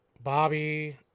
bobby